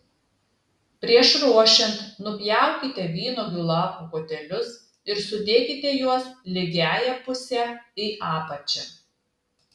prieš ruošiant nupjaukite vynuogių lapų kotelius ir sudėkite juos lygiąja puse į apačią